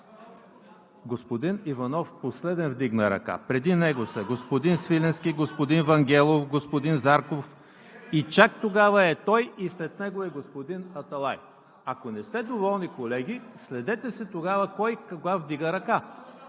Господин Иванов последен вдигна ръка. Преди него са господин Свиленски, господин Вангелов, господин Зарков и чак тогава е той, след него е господин Аталай. Ако не сте доволни, колеги, следете се тогава кой кога вдига ръка.